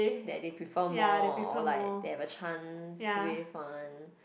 that they prefer more or like they have a chance with one